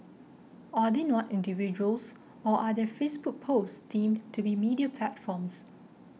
are they not individuals or are their Facebook posts deemed to be media platforms